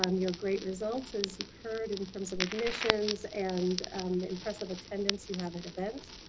um your great results as you've heard in terms of admissions and the impressive attendance you have at events.